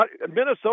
Minnesota